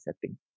setting